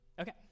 Okay